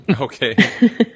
Okay